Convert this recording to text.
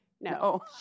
no